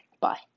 Bye